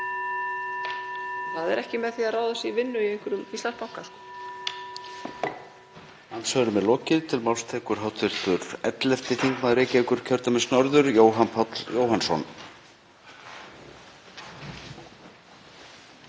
farborða, ekki með því að ráða sig í vinnu í einhverjum Íslandsbanka.